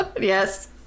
Yes